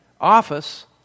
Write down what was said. office